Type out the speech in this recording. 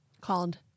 called